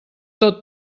tot